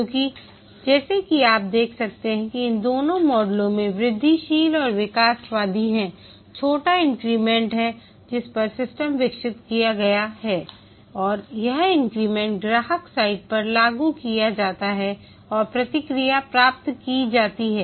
क्योंकि जैसा कि आप देख सकते हैं कि इन दोनों मॉडलों में वृद्धिशील और विकासवादी हैं छोटा इंक्रीमेंट हैं जिस पर सिस्टम विकसित किया गया है और यह इंक्रीमेंट ग्राहक साइट पर लागू किया जाता है और प्रतिक्रिया प्राप्त की जाती है